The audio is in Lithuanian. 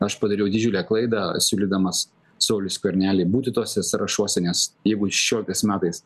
aš padariau didžiulę klaidą siūlydamas sauliui skverneliui būti tuose sąrašuose nes jeigu šešioliktais metais